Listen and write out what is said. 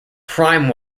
prime